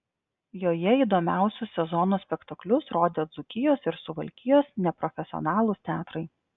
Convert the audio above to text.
joje įdomiausius sezono spektaklius rodė dzūkijos ir suvalkijos neprofesionalūs teatrai